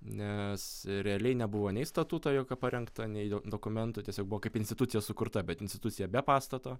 nes realiai nebuvo nei statuto jokio parengta nei dokumentų tiesiog buvo kaip institucija sukurta bet institucija be pastato